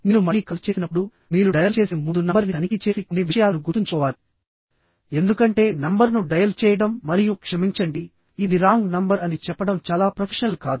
మీరు మళ్లీ కాల్ చేసినప్పుడుమీరు డయల్ చేసే ముందు నంబర్ని తనిఖీ చేసి కొన్ని విషయాలను గుర్తుంచుకోవాలిఎందుకంటే నంబర్ను డయల్ చేయడం మరియు క్షమించండి ఇది రాంగ్ నంబర్ అని చెప్పడం చాలా ప్రొఫెషనల్ కాదు